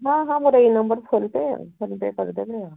ହଁ ହଁ ମୋର ଏଇ ନମ୍ବରରେ ଫୋନ ପେ ଫୋନ ପେ କରିଦେବେ ଆଉ